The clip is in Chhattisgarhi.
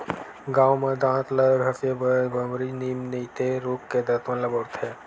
गाँव म दांत ल घसे बर बमरी, लीम नइते रूख के दतवन ल बउरथे